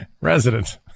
resident